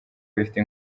bifite